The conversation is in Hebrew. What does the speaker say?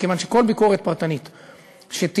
מכיוון שכל ביקורת פרטנית שתהיה,